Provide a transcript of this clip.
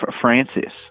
Francis